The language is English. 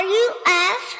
Ruf